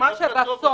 כשתקבלי אישור,